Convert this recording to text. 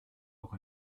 auch